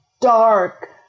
dark